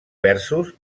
versos